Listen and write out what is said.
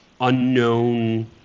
unknown